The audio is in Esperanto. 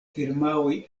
firmaoj